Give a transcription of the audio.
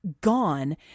gone